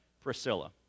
Priscilla